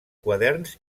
quaderns